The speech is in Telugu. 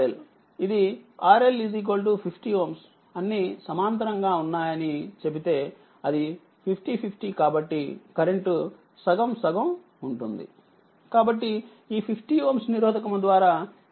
ఇది RL 50Ωఅన్నీసమాంతరంగా ఉన్నాయని అనిచెబితే అది 50 50 కాబట్టి కరెంట్ సగం సగం ఉంటుంది కాబట్టి ఈ 50Ωనిరోధకముద్వారాఇది1